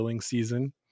season